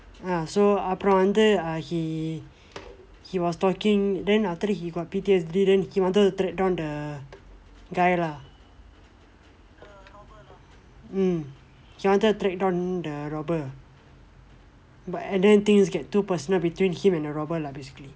ah so அப்புறம் வந்து:appuram vandthu uh he he was talking then after that he got P_T_S_D then he wanted to track down the guy lah mm he wanted to track down the robber and then things get too personal between him and the robber lah basically